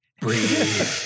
Breathe